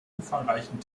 umfangreichen